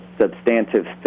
substantive